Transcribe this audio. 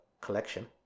collection